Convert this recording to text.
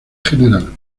gral